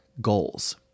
goals